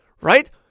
right